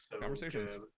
conversations